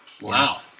Wow